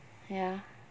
ya